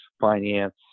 finance